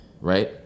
Right